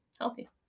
Healthy